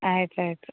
ಆಯ್ತು ಆಯಿತು